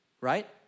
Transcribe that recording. right